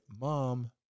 Mom